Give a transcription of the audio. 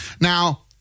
Now